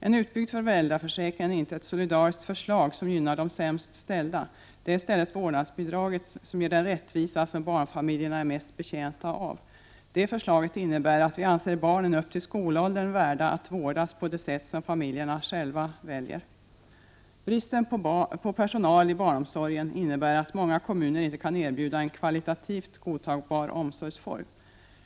En utbyggd föräldraförsäkring är inte ett solidariskt förslag som gynnar de sämst ställda. Det är i stället vårdnadsbidraget som ger den rättvisa som barnfamiljerna är mest betjänta av. Det förslaget innebär att vi anser att barnen upp till skolåldern är värda att vårdas på det sätt som familjerna själva väljer. Bristen på personal i barnomsorgen innebär att många kommuner inte kan erbjuda en kvalitativ, godtagbar omsorgsform.